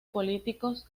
políticos